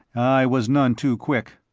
i was none too quick.